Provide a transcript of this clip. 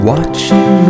Watching